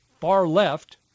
far-left